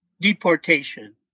deportation